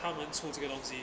他们抽这个东西